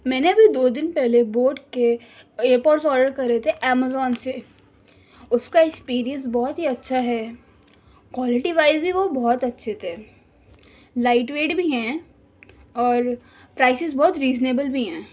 میں نے ابھی دو دن پہلے بوٹ کے ایئر پوڈس آڈر کرے تھے امیزون سے اس کا ایکسپیرئنس بہت ہی اچھا ہے کوالٹی وائز بھی وہ بہت اچھے تھے لائٹ ویٹ بھی ہیں اور پرائسیز بہت ریزنیبل بھی ہیں